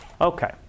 Okay